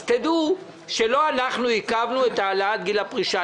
אז דעו שלא אנחנו עיכבנו את העלאת גיל הפרישה.